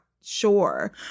sure